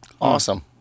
Awesome